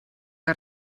que